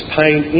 pain